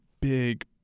big